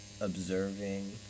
observing